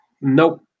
Nope